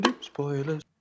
Spoilers